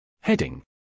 Heading